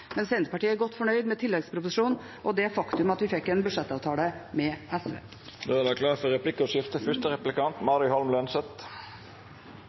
men det hadde vi ikke. Men Senterpartiet er godt fornøyd med tilleggsproposisjonen og det faktum at vi fikk en budsjettavtale med SV. Det vert replikkordskifte.